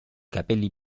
capelli